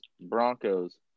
Broncos